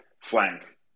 flank